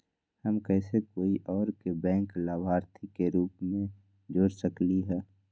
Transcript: हम कैसे कोई और के बैंक लाभार्थी के रूप में जोर सकली ह?